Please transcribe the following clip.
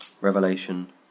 Revelation